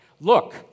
Look